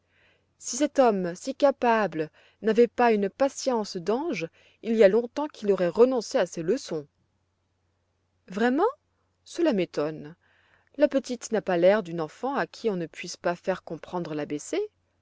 si cet homme si capable n'avait pas une patience d'ange il y a longtemps qu'il aurait renoncé à ces leçons vraiment cela m'étonne la petite n'a pas l'air d'une enfant à qui on ne puisse pas faire comprendre l'a